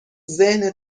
ذهن